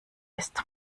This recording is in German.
ist